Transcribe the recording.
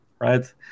right